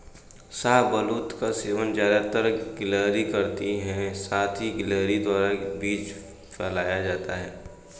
शाहबलूत का सेवन ज़्यादातर गिलहरी करती है साथ ही गिलहरी द्वारा बीज फैलाया जाता है